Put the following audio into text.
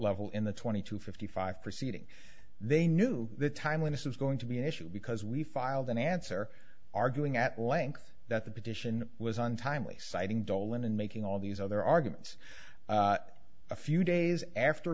level in the twenty two fifty five proceeding they knew the time when this was going to be an issue because we filed an answer arguing at length that the petition was untimely citing dolan and making all these other arguments a few days after